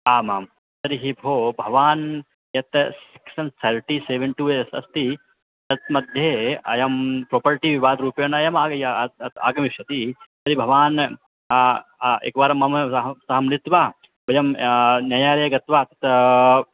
आमां तर्हि भो भवान् यत् section thirty seven two S अस्ति तन्मध्ये अयं प्रोपर्टि वाद्रूपेण अयं अत् अत् आगमिष्यति तर्हि भवान् एकवारं मम सह मिलित्वा वयं न्यायालये गत्वा तत्र